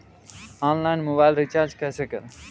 Online mobile recharge कैसे करें?